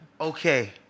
Okay